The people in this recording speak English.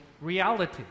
reality